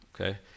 Okay